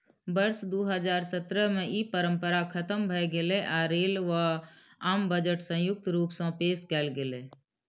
वर्ष दू हजार सत्रह मे ई परंपरा खतम भए गेलै आ रेल व आम बजट संयुक्त रूप सं पेश कैल गेलै